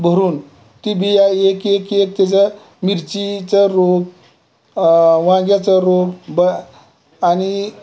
भरून ती बिया एक एक एक त्याचं मिरचीचं रोप वांग्याचं रोप ब आणि